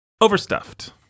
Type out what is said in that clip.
overstuffed